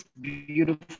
beautiful